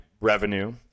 revenue